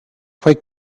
quite